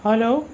hello